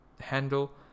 handle